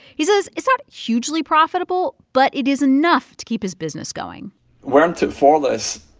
he says it's not hugely profitable, but it is enough to keep his business going weren't it for this,